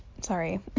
sorry